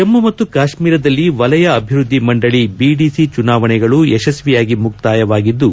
ಜಮ್ಮ ಮತ್ತು ಕಾಶ್ಮೀರದಲ್ಲಿ ವಲಯ ಅಭಿವೃದ್ಧಿ ಮಂಡಳಿ ಬಿಡಿಸಿ ಚುನಾವಣೆಗಳು ಯಶಸ್ವಿಯಾಗಿ ಮುಕ್ತಾಯವಾಗಿದ್ದು